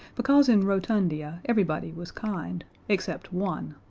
because in rotundia everybody was kind except one.